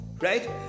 right